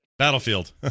battlefield